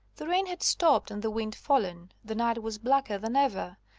the rain had stopped and the wind fallen. the night was blacker than ever,